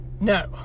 no